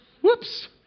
Whoops